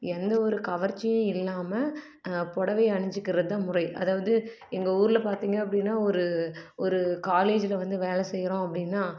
எந்த ஒரு கவர்ச்சியும் இல்லாமல் புடவய அணிஞ்சிக்கிறது தான் முறை அதாவது எங்கள் ஊரில் பார்த்தீங்க அப்படினா ஒரு ஒரு காலேஜில் வந்து வேலை செய்யறோம் அப்படினா